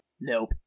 Nope